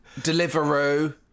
Deliveroo